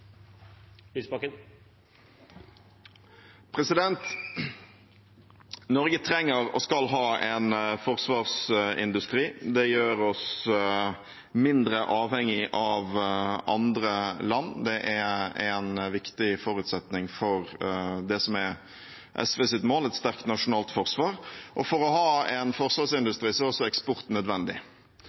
Norge trenger – og skal ha – en forsvarsindustri. Det gjør oss mindre avhengig av andre land. Det er en viktig forutsetning for det som er SVs mål: et sterkt nasjonalt forsvar. For å ha en forsvarsindustri er også eksport nødvendig.